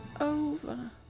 over